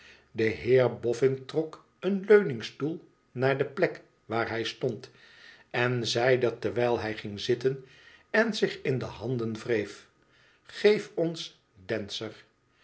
de heer bofen trok een leuningstoel naar de plek waar hij stond en zeide terwijl hij ging zitten en zich in de handen wreef geef ons dancer